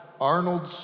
Arnold's